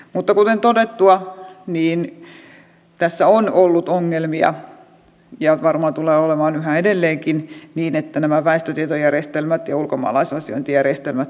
mutta kuten todettua tässä on ollut ongelmia ja varmaan tulee olemaan yhä edelleenkin siinä että nämä väestötietojärjestelmät ja ulkomaalaisasiointijärjestelmät toimisivat yhteen